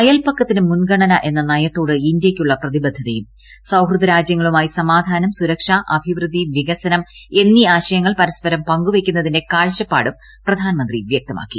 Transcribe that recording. അയൽപക്കത്തിന് മുൻഗണന എന്ന നയത്തോട് ഇന്ത്യയ്ക്കുള്ള പ്രതിബദ്ധതയും സൌഹൃദ രാജ്യങ്ങളുമായി സമാധാനം സുരക്ഷ അഭിവൃദ്ധി വികസനം എന്നീ ആശയങ്ങൾ പരസ്പരം പങ്കുവയ്ക്കുന്നതിന്റെ കാഴ്ചപ്പാടും പ്രധാനമന്ത്രി വൃക്തമാക്കി